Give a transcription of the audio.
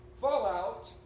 fallout